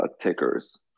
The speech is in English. tickers